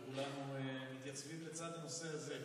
וכולנו מתייצבים לצד הנושא הזה,